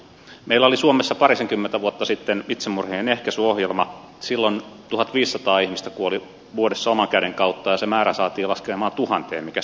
meillä oli suomessa parisenkymmentä vuotta sitten itsemurhien ehkäisyohjelma sillan tuhatviisisataa ihmistä kuoli vuodessa oman käden kautta se määrä saatiin laskemaan tuhanteen mikäs